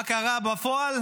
מה קרה בפועל?